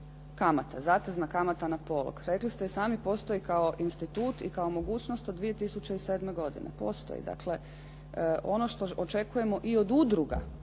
Kamata, zatezna kamata na polog. Rekli ste i sami postoji kao institut i kao mogućnost od 2007. godine. Postoji. Dakle, ono što očekujemo i od udruga,